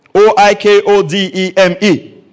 o-i-k-o-d-e-m-e